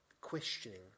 questioning